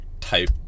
type